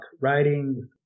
writing